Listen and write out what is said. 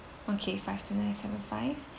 okay five two nine seven five